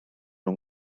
nhw